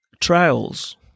trials